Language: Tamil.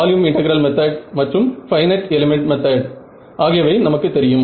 வால்யூம் இன்டெகிரல் மெத்தட் மற்றும் பைனட் எலிமெண்ட் மெத்தட் ஆகியவை நமக்கு தெரியும்